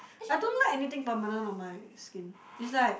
I don't like anything permanent on my skin it's like